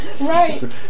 Right